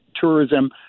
tourism